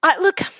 Look